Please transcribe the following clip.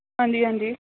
ਹਾਂਜੀ ਹਾਂਜੀ